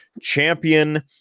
champion